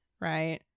right